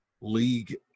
league